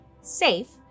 safe